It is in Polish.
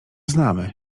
znamy